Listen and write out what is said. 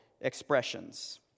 expressions